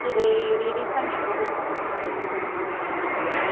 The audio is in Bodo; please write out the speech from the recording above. जेरै रेतयै फानदों बेबायदिनो फानदों उफाय